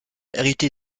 hérité